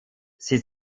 sie